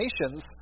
nations